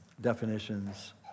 definitions